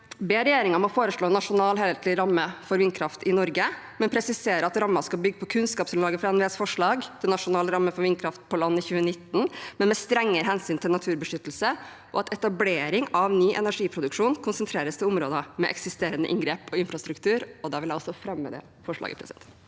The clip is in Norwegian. vi ber regjeringen foreslå en nasjonal, helhetlig plan for vindkraft i Norge. Vi presiserer at rammen skal bygge på kunnskapsgrunnlaget for NVEs forslag til nasjonal ramme for vindkraft på land i 2019, men med strengere hensyn til naturbeskyttelse. Etablering av ny energiproduksjon skal konsentreres til områder med eksisterende inngrep og infrastruktur. Jeg tar opp det forslaget. Presidenten